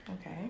Okay